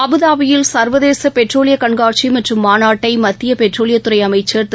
அபுதாபியில் சா்வதேச பெட்ரோலிய கண்காட்சி மற்றும் மாநாட்டை மத்திய பெட்ரோலியத்துறை அமைச்சர் திரு